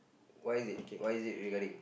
why is it why is it regarding